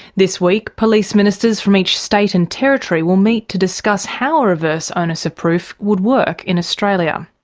this week, police ministers from each state and territory will meet to discuss how a reverse onus of proof would work in australia.